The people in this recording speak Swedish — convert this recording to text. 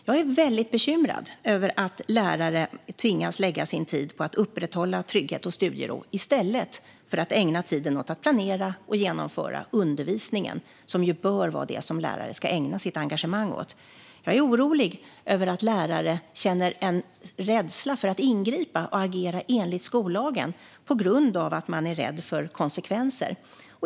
Jag är väldigt bekymrad över att lärare tvingas lägga sin tid på att upprätthålla trygghet och studiero i stället för att ägna tiden åt att planera och genomföra undervisning, vilket bör vara det som lärare ägnar sitt engagemang åt. Jag är orolig över att lärare känner en rädsla för att ingripa och agera i enlighet med skollagen på grund av att de är rädda för konsekvenser.